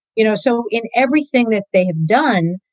you know, so in everything that they have done,